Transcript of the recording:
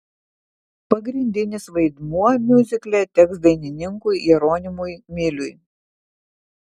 pagrindinis vaidmuo miuzikle teks dainininkui jeronimui miliui